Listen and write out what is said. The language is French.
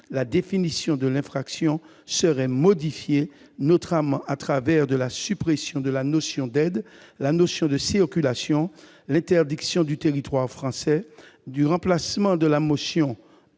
la définition de l'infraction serait modifiée, à travers notamment la suppression de la notion d'aide, la notion de circulation, l'interdiction de territoire français et le remplacement de la mention